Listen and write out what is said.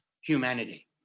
humanity